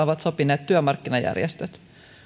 ovat sopineet työmarkkinajärjestöt